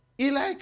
Eli